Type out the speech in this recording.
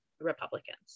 Republicans